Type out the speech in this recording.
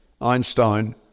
Einstein